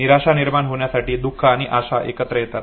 निराशा निर्माण होण्यासाठी दुख आणि आशा एकत्र येतात